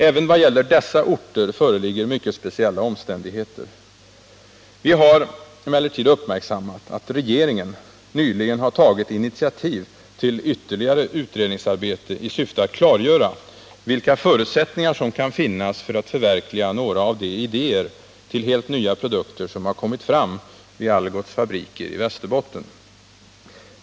Även vad gäller dessa orter föreligger mycket speciella omständigheter. Vi har emellertid uppmärksammat att regeringen nyligen har tagit initiativ till ytterligare utredningsarbete i syfte att klargöra vilka förutsättningar som kan finnas för att förverkliga några av de idéer till helt nya produkter som har kommit fram vid Algots fabriker i Västerbotten.